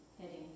heading